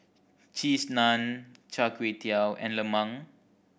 Cheese Naan Char Kway Teow and lemang